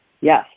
Yes